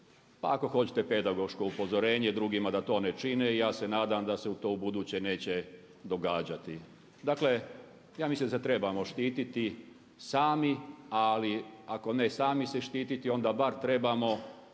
pa ako hoćete pedagoško upozorenje drugima da to ne čine. I ja se nadam da se to ubuduće neće događati. Dakle, ja mislim da se trebamo štiti sami ali ako ne sami se štititi onda bar trebamo